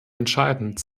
entscheidend